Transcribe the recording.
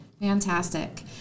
Fantastic